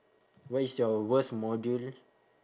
what is your worst module